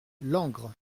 langres